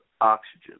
oxygen